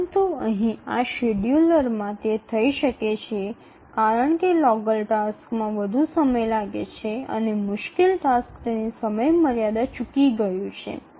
પરંતુ અહીં આ શેડ્યૂલરમાં તે થઈ શકે છે કારણ કે લોગર ટાસ્કમાં વધુ સમય લાગે છે અને મુશ્કેલ ટાસ્ક તેની સમયમર્યાદા ચૂકી ગયું છે